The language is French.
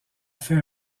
fait